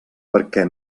perquè